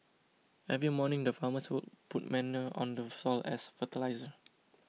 every morning the farmers would put manure on the soil as fertiliser